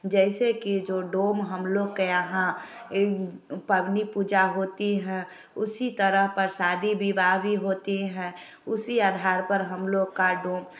जैसे कि जो डोम हम लोग के यहाँ एक पबनी पूजा होती है उसी तरह पर शादी विवाह भी होती है उसी आधार पर हम लोग का डोम